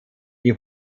die